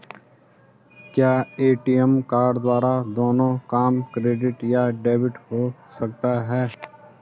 क्या ATM card द्वारा दोनों काम क्रेडिट या डेबिट हो सकता है?